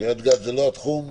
קריית גת זה לא התחום?